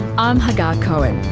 um hagar cohen.